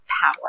power